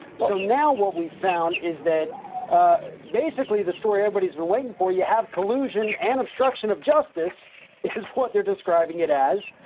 so now what we found is that basically the story everybody's been waiting for you have collusion and obstruction of justice is what they're describing it as.